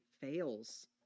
fails